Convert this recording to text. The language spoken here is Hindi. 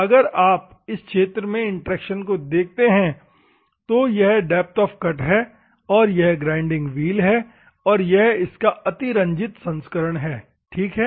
अगर आप इस क्षेत्र में इंटरेक्शन को देखते हैं तो यह डेप्थ ऑफ़ कट है और यह ग्राइंडिंग व्हील है और यह इसका अतिरंजीत संस्करण है ठीक हैं